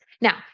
Now